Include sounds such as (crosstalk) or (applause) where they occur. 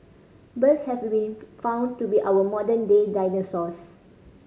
birds have been (unintelligible) found to be our modern day dinosaurs